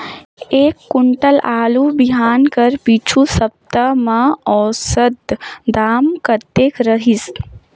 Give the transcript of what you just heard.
एक कुंटल आलू बिहान कर पिछू सप्ता म औसत दाम कतेक रहिस?